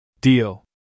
Deal